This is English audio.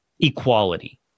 equality